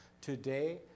Today